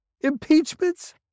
impeachments